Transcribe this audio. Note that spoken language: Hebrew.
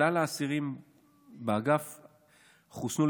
כלל האסירים באגף חוסנו,